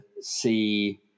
see